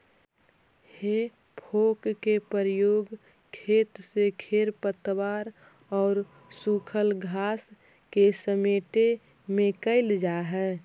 हेइ फोक के प्रयोग खेत से खेर पतवार औउर सूखल घास के समेटे में कईल जा हई